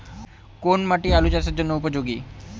কোন মাটি আলু চাষের জন্যে উপযোগী?